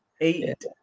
eight